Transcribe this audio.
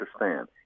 understand